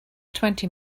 twenty